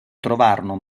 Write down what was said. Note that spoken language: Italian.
trovarono